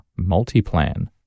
Multiplan